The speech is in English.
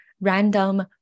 random